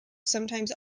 sometimes